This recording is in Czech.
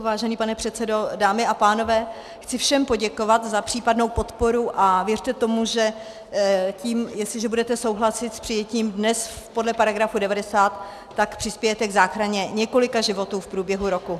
Vážený pane předsedo, dámy a pánové, chci všem poděkovat za případnou podporu a věřte tomu, že tím, jestliže dnes budete souhlasit s přijetím podle § 90, přispějete k záchraně několika životů v průběhu roku.